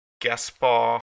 Gaspar